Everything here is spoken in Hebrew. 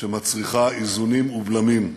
שמצריכה איזונים ובלמים: